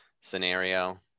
scenario